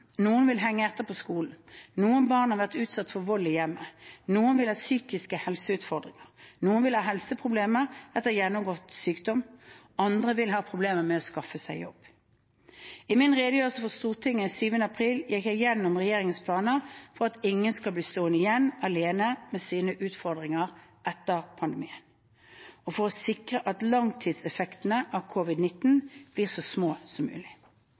Noen vil henge etter på skolen. Noen barn har vært utsatt for vold i hjemmet. Noen vil ha psykiske helseutfordringer. Noen vil ha helseproblemer etter gjennomgått sykdom. Andre vil ha problemer med å skaffe seg jobb. I min redegjørelse for Stortinget 7. april gikk jeg gjennom regjeringens planer for at ingen skal bli stående igjen alene med sine utfordringer etter pandemien, og for å sikre at langtidseffektene av covid-19 blir så små om mulig.